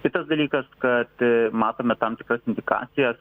kitas dalykas kad matome tam tikras indikacijas